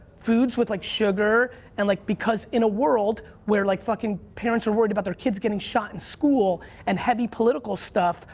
foods with like sugar and like, because in a world where like fuckin' parents are worried about their kids getting shot in school and heavy political stuff,